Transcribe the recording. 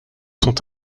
sont